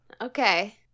okay